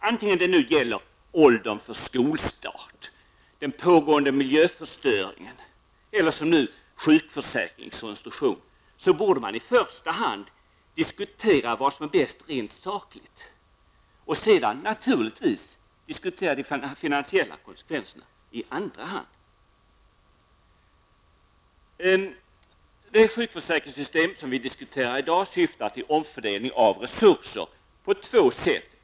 Antingen det gäller ålder för skolstart, den pågående miljöförstöringen eller, som nu, sjukförsäkringens konstruktion, borde man i första hand diskutera vad som är bäst rent sakligt och diskutera de finansiella konsekvenserna i andra hand. Det sjukförsäkringssystem vi diskuterar i dag syftar till omfördelning av resurser på två sätt.